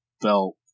belt